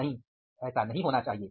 नहीं ऐसा नहीं होना चाहिए